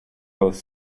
both